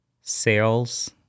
sales